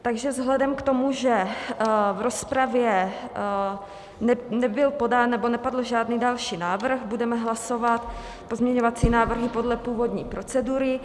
Takže vzhledem k tomu, že v rozpravě nebyl podán nebo nepadl žádný další návrh, budeme hlasovat pozměňovací návrhy podle původní procedury.